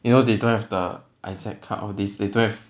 you know they don't have the ISAC card all these they don't have